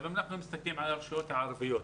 אנחנו מסתכלים על הרשויות המקומיות הערביות,